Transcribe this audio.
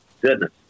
goodness